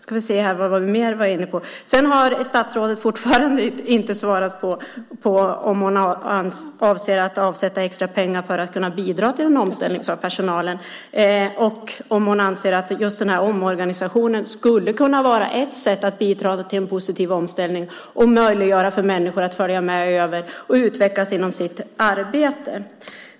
Statsrådet har fortfarande inte svarat på om hon avser att avsätta extra pengar för att kunna bidra till en omställning för personalen och om hon anser att just omorganisationen skulle kunna vara ett sätt att bidra till en positiv omställning där man möjliggör för människor att följa med och utvecklas inom sitt arbete.